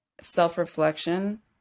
Self-reflection